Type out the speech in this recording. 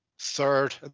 third